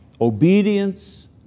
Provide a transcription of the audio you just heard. Obedience